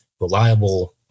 reliable